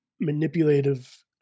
manipulative